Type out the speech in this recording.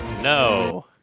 No